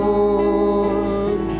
Lord